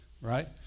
right